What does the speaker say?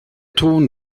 ton